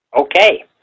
Okay